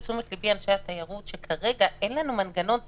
תשומת לבי אנשי התיירות כרגע אין לנו מנגנון טכני.